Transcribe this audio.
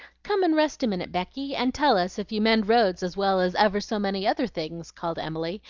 come and rest a minute, becky, and tell us if you mend roads as well as ever so many other things called emily,